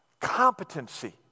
competency